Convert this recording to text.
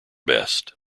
best